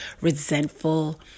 resentful